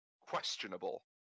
questionable